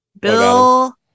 Bill